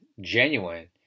genuine